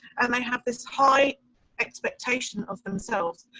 and i have this high expectation of themselves,